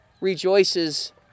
rejoices